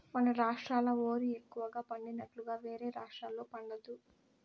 మన రాష్ట్రాల ఓరి ఎక్కువగా పండినట్లుగా వేరే రాష్టాల్లో పండదు